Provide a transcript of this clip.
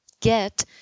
get